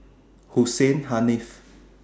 Hussein Haniff